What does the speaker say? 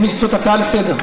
אני מבין שזאת הצעה לסדר-היום?